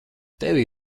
tevī